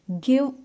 give